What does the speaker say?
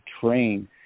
train